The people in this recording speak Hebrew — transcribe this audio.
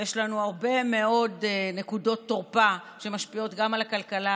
ויש לנו הרבה מאוד נקודות תורפה שמשפיעות גם על הכלכלה,